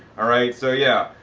alright. so yeah,